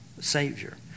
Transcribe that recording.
savior